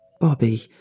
Bobby